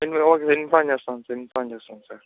నేను మీలో ఒకరికి ఇన్ఫార్మ్ చేస్తాం సార్ ఇన్ఫార్మ్ చేస్తాం సార్